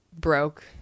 broke